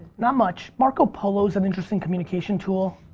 not much. marco polo's an interesting communication tool.